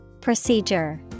Procedure